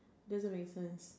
doesn't make sense